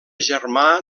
germà